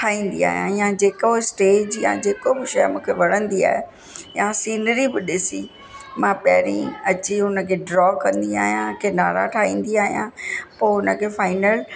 ठाहींदी आहियां या जेको स्टेज या जेको बि शइ मूंखे वणंदी आहे या सीनरी बि ॾिसी मां पहिरीं अची हुन खे ड्रॉ कंदी आहियां किनारा ठाहींदी आहियां पोइ हुन खे फाइनल